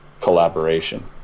collaboration